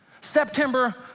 September